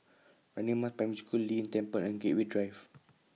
Radin Mas Primary School Lei Yin Temple and Gateway Drive